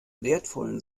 wertvollen